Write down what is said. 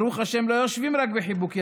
ברוך השם, לא יושבים רק בחיבוק ידיים,